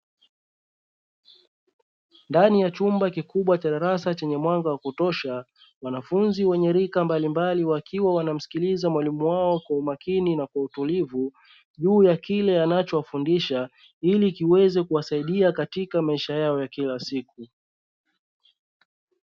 Ndani ya chumba kikubwa cha darasa chenye mwanga wa kutosha wanafunzi wenye rika mbalimbali wakiwa wanamsikiliza mwalimu wao kwa makini na utulivu, juu ya kile anachowafundisha ili kiweze kuwasaidia katika maisha yao ya kila siku.